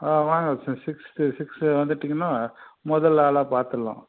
ஆ வாங்க சிக்ஸ் வந்துட்டீங்கனா முதல் ஆளாக பாத்துடலாம்